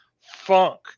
funk